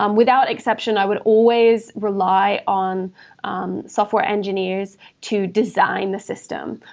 um without exception, i would always rely on um software engineers to design the system,